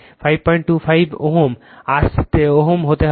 525 Ω হতে হবে